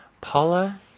Paula